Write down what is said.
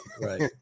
right